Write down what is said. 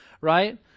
right